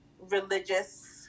religious